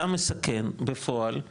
אתה מסכן בפועל-